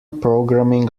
programming